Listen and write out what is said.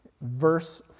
verse